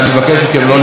תודה.